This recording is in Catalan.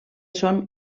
són